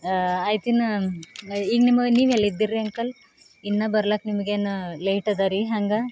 ಆಯ್ತಿನ್ನು ಈಗ ನಿಮಗೆ ನೀವೆಲ್ಲಿದ್ದೀರಿ ರೀ ಅಂಕಲ್ ಇನ್ನೂ ಬರ್ಲಾಕ ನಿಮಗೇನು ಲೇಟ್ ಅದ ರೀ ಹೆಂಗೆ